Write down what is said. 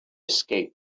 escape